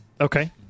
Okay